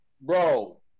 Bro